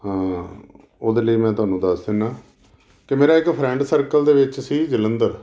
ਹਾਂ ਉਹਦੇ ਲਈ ਮੈਂ ਤੁਹਾਨੂੰ ਦੱਸ ਦਿੰਦਾਂ ਕਿ ਮੇਰਾ ਇੱਕ ਫਰੈਂਡ ਸਰਕਲ ਦੇ ਵਿੱਚ ਸੀ ਜਲੰਧਰ